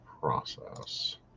process